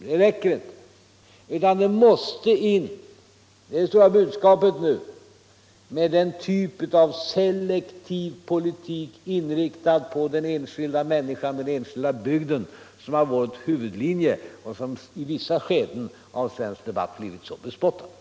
Det räcker inte, utan det måste in — detta är det stora budskapet nu — den typ av selektiv politik, inriktad på den enskilda människan, den enskilda bygden som varit och är vår huvudlinje och som i vissa skeden av den svenska debatten blivit så bespottad.